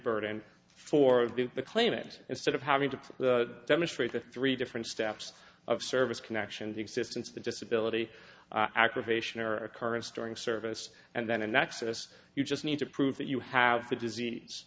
burden for the claimant instead of having to the demonstrate the three different steps of service connexions existence the disability activation or occurrence during service and then an excess you just need to prove that you have the disease